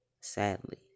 Sadly